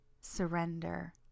Surrender